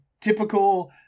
typical